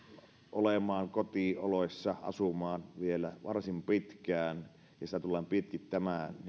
olemaan kotioloissa asumaan siellä vielä varsin pitkään ja sitä tullaan pitkittämään niin varsinkin senkin takia näkisin että